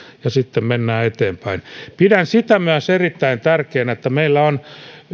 ja sitten mennään eteenpäin pidän erittäin tärkeänä myös sitä että meillä on